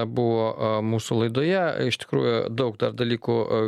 buvo mūsų laidoje iš tikrųjų daug dar dalykų